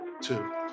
two